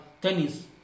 tennis